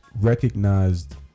recognized